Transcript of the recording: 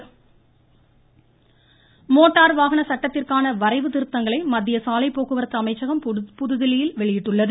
சாலைப்போக்குவரத்து அமைச்சகம் மோட்டார் வாகன சட்டத்திற்கான வரைவு திருத்தங்களை மத்திய சாலைப்போக்குவரத்து அமைச்சகம் புதுதில்லியில் வெளியிட்டுள்ளது